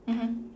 mmhmm